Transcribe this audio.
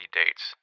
dates